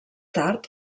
tard